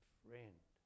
friend